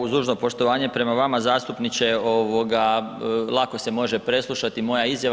Uz dužno poštovanje prema vama zastupniče lako se može preslušati moja izjave.